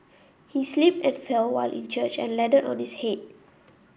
he slipped and fell while in church and landed on his head